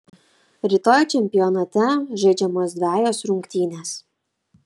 rytoj čempionate žaidžiamos dvejos rungtynės